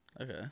Okay